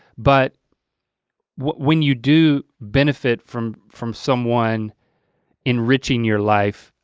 but when you do benefit from from someone enriching your life,